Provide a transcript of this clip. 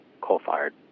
coal-fired